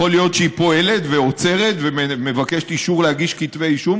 יכול להיות שהיא פועלת ועוצרת ומבקשת אישור להגיש כתבי אישום,